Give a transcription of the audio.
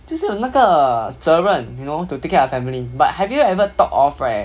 就是有那个责任 you know to take care our family but have you ever thought of right